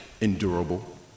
endurable